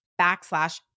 backslash